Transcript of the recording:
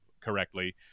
correctly